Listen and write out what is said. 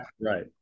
right